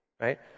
right